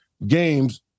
Games